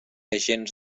agents